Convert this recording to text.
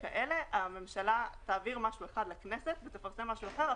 הממשלה תעביר משהו אחד לכנסת ותפרסם משהו אחר,